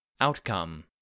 Outcome